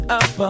up